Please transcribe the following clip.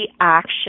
action